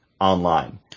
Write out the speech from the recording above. online